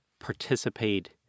participate